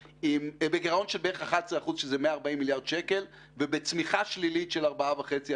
בגירעון של בערך 11% שזה 140 מיליארד שקלים ובצמיחה שלילית של 4.5%